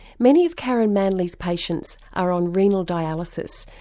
many of karen manley's patients are on renal dialysis,